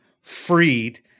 Freed